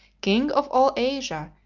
king of all asia,